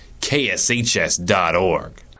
kshs.org